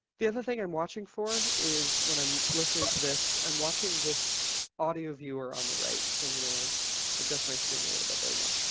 the other thing i'm watching for is when i'm listening to this, i'm watching this audio viewer on the right. so i'm going to adjust my screen a little bit. there we go.